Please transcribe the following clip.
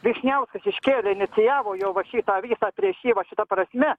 vyšniauskas iškėlė inicijavo jo va šitą visą prieš jį va šita prasme